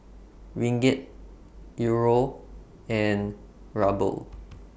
Ringgit Euro and Ruble